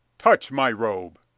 touch my robe!